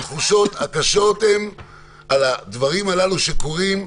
התחושות הקשות הן על הדברים הללו שקורים,